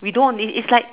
we don't is is like